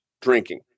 drinking